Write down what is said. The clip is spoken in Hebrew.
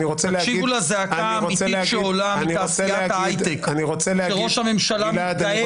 תקשיבו לזעקה האמיתית שעולה מתעשיית ההיי-טק שראש הממשלה מתגאה